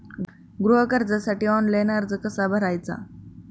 गृह कर्जासाठी ऑनलाइन अर्ज कसा भरायचा?